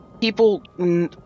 people